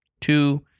Two